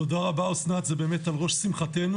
תודה רבה אסנת, זה באמת על ראש שמחיתנו.